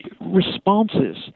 responses